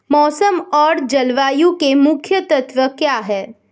मौसम और जलवायु के मुख्य तत्व क्या हैं?